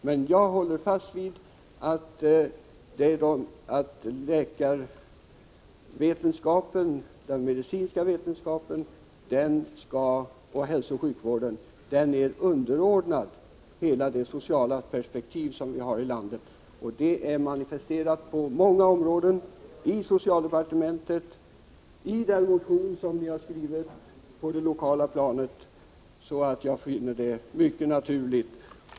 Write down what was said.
Men jag håller fast vid att den medicinska vetenskapen, liksom hälsooch sjukvården, är underordnad hela det sociala perspektiv som vi har i landet. Det är manifesterat på många områden — i socialdepartementet och i den motion som vi har skrivit på det lokala planet — så jag finner det mycket naturligt.